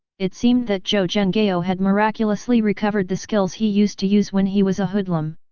it seemed that zhou zhenghao ah had miraculously recovered the skills he used to use when he was a hoodlum.